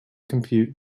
compute